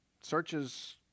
searches